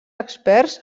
experts